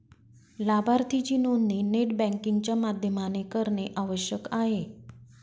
लाभार्थीची नोंदणी net banking च्या माध्यमाने करणे आवश्यक आहे